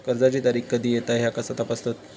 कर्जाची तारीख कधी येता ह्या कसा तपासतत?